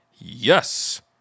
Yes